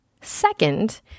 Second